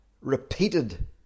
repeated